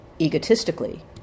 egotistically